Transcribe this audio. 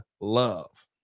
love